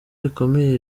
rikomeye